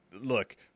look